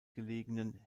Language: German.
gelegenen